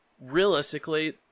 Realistically